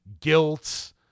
guilt